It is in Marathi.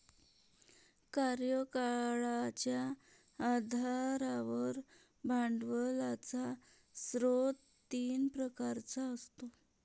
कार्यकाळाच्या आधारावर भांडवलाचा स्रोत तीन प्रकारचा असतो